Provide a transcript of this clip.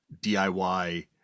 DIY